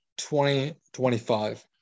2025